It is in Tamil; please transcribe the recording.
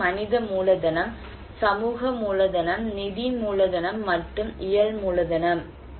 ஒன்று மனித மூலதனம் சமூக மூலதனம் நிதி மூலதனம் மற்றும் இயல் மூலதனம்